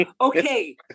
Okay